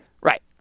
Right